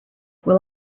will